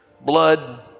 blood